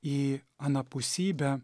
į anapusybę